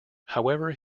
however